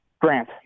Grant